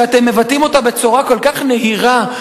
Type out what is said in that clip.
שאתם מבטאים בצורה כל כך נהירה,